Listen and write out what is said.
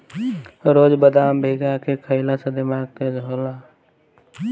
रोज बदाम भीगा के खइला से दिमाग तेज होला